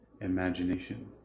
imagination